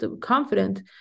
confident